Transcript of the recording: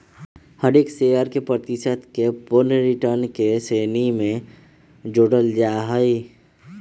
हर एक शेयर के प्रतिशत के पूर्ण रिटर्न के श्रेणी में जोडल जाहई